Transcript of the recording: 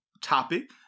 topic